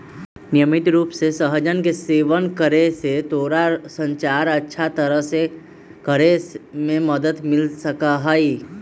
नियमित रूप से सहजन के सेवन करे से तोरा रक्त संचार अच्छा तरह से करे में मदद मिल सका हई